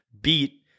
beat